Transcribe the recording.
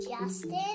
Justin